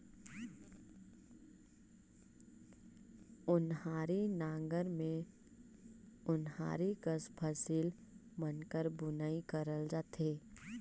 ओन्हारी नांगर मे ओन्हारी कस फसिल मन कर बुनई करल जाथे